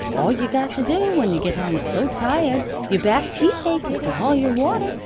all you got to do, when you get home so tired your back teeth ache, is to haul your water,